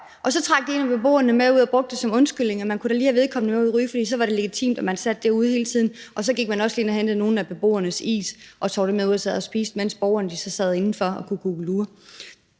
og så trak de en af beboerne med ud og brugte det som undskyldning, altså at man da lige skulle tage vedkommende ud at ryge, for så var det legitimt, at man sad derude hele tiden; og så gik man også lige ind og hentede nogle af beboernes is og tog dem med ud at spise, mens beboerne kunne sidde indenfor og kukkelure.